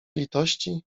litości